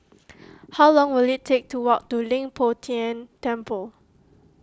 how long will it take to walk to Leng Poh Tian Temple